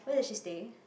where does she stay